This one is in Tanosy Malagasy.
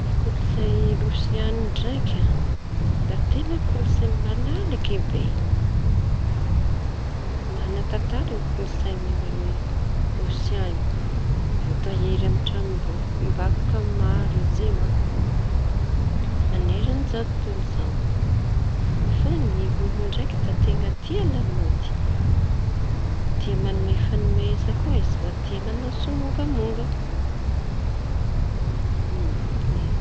Ny kolon-tsaina rosian ndraiky a! Da teña kolontsaina malalaky be; manatantara ny kolon-tsaina rosiany voatahiry amy trañom-boky trañom-boky maro izy manerana izao tontolo izao; fa ny olo ndraiky da tea tia lamôdy, tia manome fanomeza koa izy vao tia mañao somongamonga.